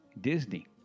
Disney